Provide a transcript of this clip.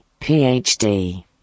PhD